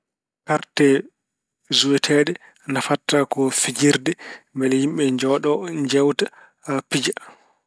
Karte juwateeɗe nafata ko fijirde, mbele yimɓe njooɗo, njeewta, pija.